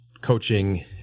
coaching